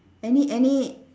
any any